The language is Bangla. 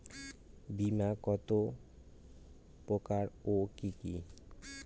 বীমা কত প্রকার ও কি কি?